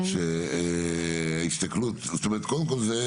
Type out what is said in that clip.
קודם כול,